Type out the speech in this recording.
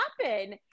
happen